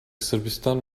sırbistan